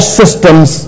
systems